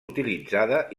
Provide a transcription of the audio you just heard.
utilitzada